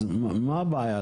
מה הבעיה?